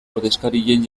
ordezkarien